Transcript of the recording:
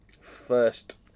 first